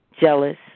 Jealous